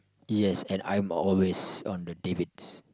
yes and I'm always on the Davids